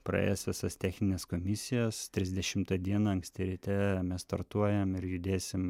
praėjęs visas technines komisijas trisdešimtą dieną anksti ryte mes startuojam ir judėsim